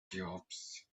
cubes